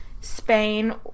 Spain